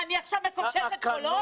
מה, אני עכשיו מקוששת קולות?